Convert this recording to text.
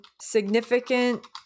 significant